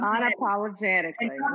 Unapologetically